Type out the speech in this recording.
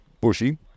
Bushy